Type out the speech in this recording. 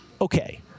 Okay